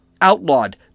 outlawed